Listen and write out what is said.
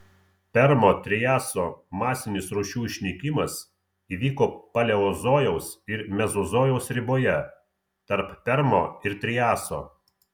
permo triaso masinis rūšių išnykimas įvyko paleozojaus ir mezozojaus riboje tarp permo ir triaso